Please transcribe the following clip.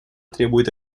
требует